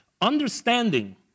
understanding